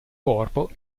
corpo